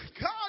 God